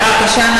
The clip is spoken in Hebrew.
בבקשה.